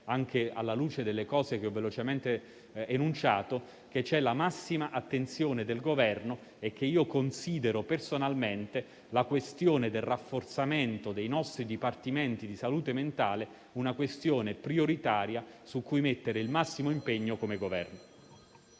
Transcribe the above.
anche alla luce delle cose che ho velocemente enunciato, che c'è la massima attenzione del Governo e che considero personalmente la questione del rafforzamento dei nostri dipartimenti di salute mentale una questione prioritaria su cui mettere il massimo impegno come Governo.